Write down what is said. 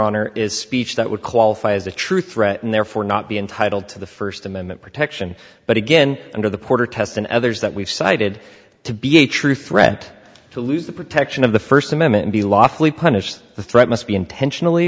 honor is speech that would qualify as a true threat and therefore not be entitled to the first amendment protection but again under the puerto test and others that we've cited to be a true threat to lose the protection of the first amendment be lawfully punished the threat must be intentionally